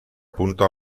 punta